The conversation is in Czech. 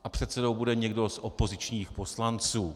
A předsedou bude někdo z opozičních poslanců.